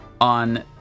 on